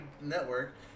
network